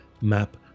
map